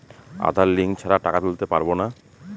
আধার link ছাড়া টাকা তুলতে পারব না?